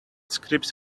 scripts